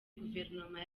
guverinoma